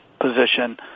position